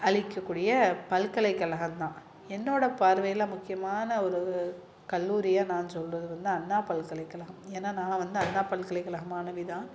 அளிக்கக்கூடிய பல்கலைக்கழகம் தான் என்னோடய பார்வையில் முக்கியமான ஒரு கல்லூரியாக நான் சொல்வது வந்து அண்ணா பல்கலைக்கழகம் ஏன்னால் நான் வந்து அண்ணா பல்கலைக்கழக மாணவிதான்